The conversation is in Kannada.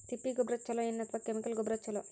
ತಿಪ್ಪಿ ಗೊಬ್ಬರ ಛಲೋ ಏನ್ ಅಥವಾ ಕೆಮಿಕಲ್ ಗೊಬ್ಬರ ಛಲೋ?